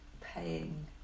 paying